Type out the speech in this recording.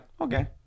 okay